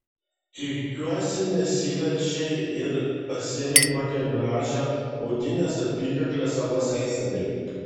tikiuosi nesivaržei ir pasiėmei kokią gražią audinės apykaklę savo seseriai